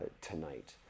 tonight